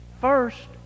first